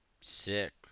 Sick